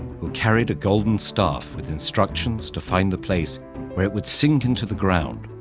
who carried a golden staff with instructions to find the place where it would sink into the ground,